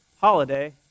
holiday